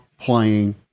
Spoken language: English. playing